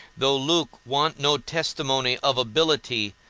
though luke want no testimony of ability,